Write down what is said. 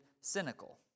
cynical